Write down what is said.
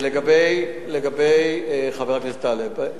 לחבר הכנסת אלסאנע,